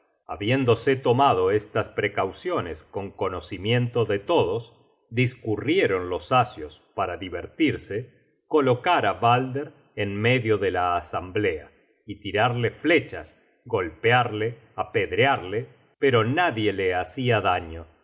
habiéndose tomado estas precauciones con conocimiento de todos discurrieron los asios para divertirse colocar á balder en medio de la asamblea y tirarle flechas golpearle apedrearle pero nadie le hacia daño